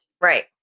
Right